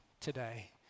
today